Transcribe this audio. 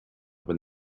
when